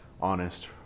honest